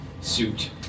suit